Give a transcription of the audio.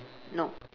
no